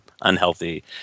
unhealthy